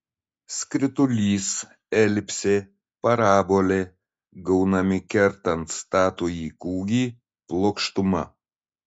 skritulys elipsė parabolė gaunami kertant statųjį kūgį plokštuma